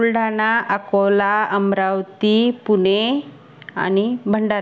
बुलढाणा अकोला अमरावती पुणे आणि भंडारा